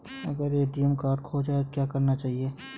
अगर ATM card खो जाए तो क्या करना चाहिए?